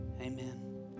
amen